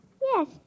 Yes